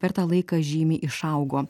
per tą laiką žymiai išaugo